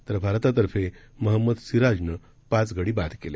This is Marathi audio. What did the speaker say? तर भारतातर्फे मोहम्मद सिराजनं पाच गडी बाद केले